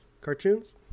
Cartoons